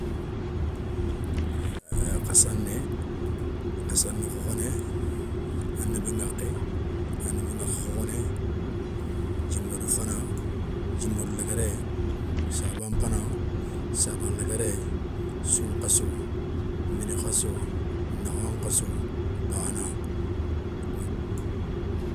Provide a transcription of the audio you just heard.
Khassané, khassané khokhoné, anébi ŋakhé, anébi ŋakhé khokhoné, djimédi fana, djimédi léguéré, saban fana, saban léguéré, sounkhasso, mini khasso, nakhan khasso, bana.